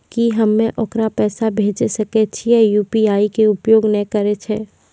की हम्मय ओकरा पैसा भेजै सकय छियै जे यु.पी.आई के उपयोग नए करे छै?